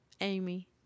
Amy